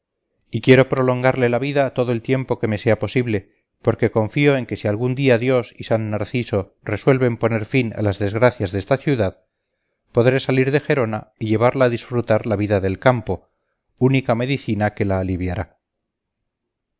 y quiero prolongarle la vida todo el tiempo que me sea posible porque confío en que si algún día dios y san narciso resuelven poner fin a las desgracias de esta ciudad podré salir de gerona y llevarla a disfrutar la vida del campo única medicina que la aliviará